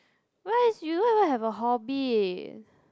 where is you don't even have a hobby